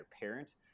parent